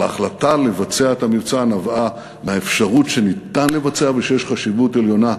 אבל ההחלטה לבצע את המבצע נבעה מהאפשרות שניתן לבצע ושיש חשיבות עליונה